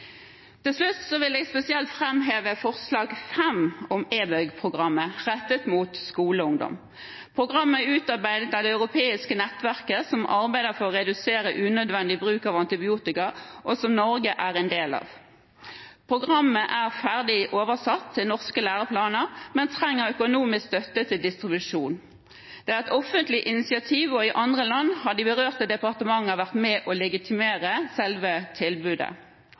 Så vil jeg spesielt fremheve forslag 5 om e-Bug-programmet rettet mot skoleungdom. Programmet er utarbeidet av det europeiske nettverket som arbeider for å redusere unødvendig bruk av antibiotika, og som Norge er en del av. Programmet er ferdig oversatt til norske læreplaner, men trenger økonomisk støtte til distribusjon. Det er et offentlig initiativ, og i andre land har de berørte departement vært med på å legitimere selve tilbudet.